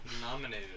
Nominated